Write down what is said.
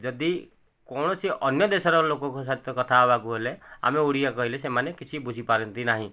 ଯଦି କୌଣସି ଅନ୍ୟ ଦେଶର ଲୋକଙ୍କ ସହିତ କଥା ହେବାକୁ ହେଲେ ଆମେ ଓଡ଼ିଆ କହିଲେ ସେମାନେ କିଛି ବୁଝି ପାରନ୍ତି ନାହିଁ